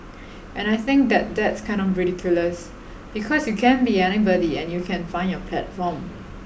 and I think that that's kind of ridiculous because you can be anybody and you can find your platform